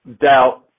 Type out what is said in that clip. doubt